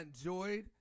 enjoyed